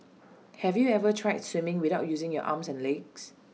have you ever tried swimming without using your arms and legs